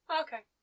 Okay